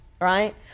right